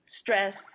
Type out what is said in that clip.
stress